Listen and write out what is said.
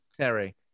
Terry